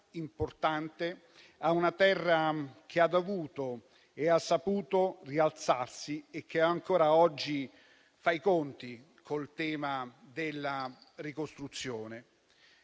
importante a una terra che ha dovuto e ha saputo rialzarsi e che ancora oggi fa i conti col tema della ricostruzione.